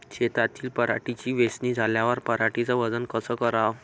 शेतातील पराटीची वेचनी झाल्यावर पराटीचं वजन कस कराव?